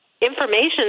Information